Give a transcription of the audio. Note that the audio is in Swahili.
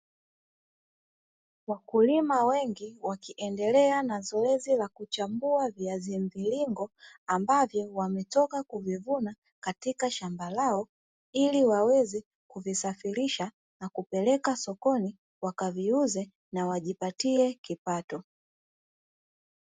Wakulima wengi wakiendelea na zoezi la kuchambua viazi mviringo ambavyo wametoka kuvivuna katika shamba lao, ili waweze kuvisafirisha na kupeleka sokoni wakaviuze na wajipatie kipato.